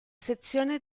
sezione